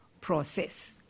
process